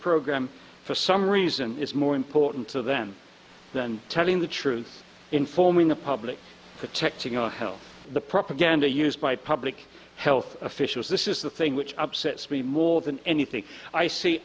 program for some reason is more important to them than telling the truth informing the public protecting our health the propaganda used by public health officials this is the thing which upsets me more than anything i see